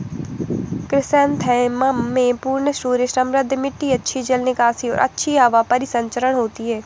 chrysanthemum में पूर्ण सूर्य समृद्ध मिट्टी अच्छी जल निकासी और अच्छी हवा परिसंचरण होती है